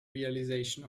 realization